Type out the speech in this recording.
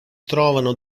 trovano